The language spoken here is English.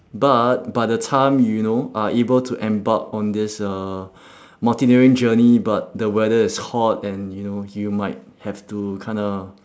but by the time you know are able to embark on this uh mountaineering journey but the weather is hot and you know you might have to kinda